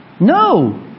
No